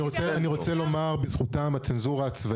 אני רוצה לומר לזכותה של הצנזורה הצבאית,